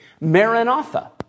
maranatha